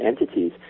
entities